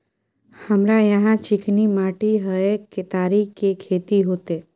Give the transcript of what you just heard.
हमरा यहाँ चिकनी माटी हय केतारी के खेती होते?